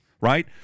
right